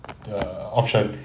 the option